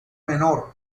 menor